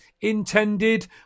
intended